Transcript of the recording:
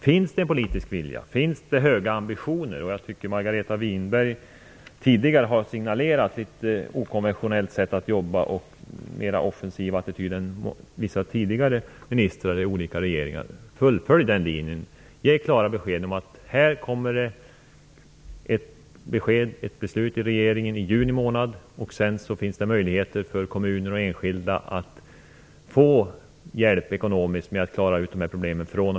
Finns det en politisk vilja? Finns det höga ambitioner? Jag tycker att Margareta Winberg tidigare har signalerat ett litet okonventionellt sätt att jobba på samt en offensivare attityd än vissa tidigare ministrar i olika regeringar. Fullfölj den linjen och ge klara besked om att här kommer ett beslut från regeringen i juni månad och om att det fr.o.m. augusti i år kommer att finnas möjligheter för kommuner och enskilda att få ekonomisk hjälp med att klara ut de här problemen.